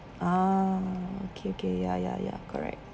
ah okay okay ya ya ya correct